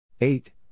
Eight